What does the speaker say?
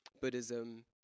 Buddhism